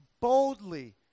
boldly